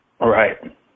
Right